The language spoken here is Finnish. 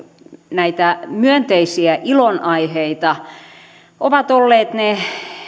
näitä myönteisiä ilonaiheita ovat olleet ne